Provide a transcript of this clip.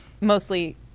mostly